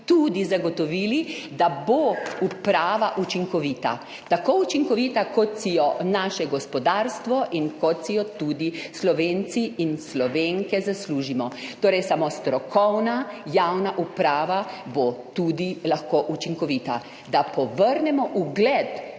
tudi zagotovili, da bo uprava učinkovita, tako učinkovita, kot si jo naše gospodarstvo in kot si jo tudi Slovenci in Slovenke zaslužimo. Torej, samo strokovna javna uprava bo lahko tudi učinkovita. Da povrnemo ugled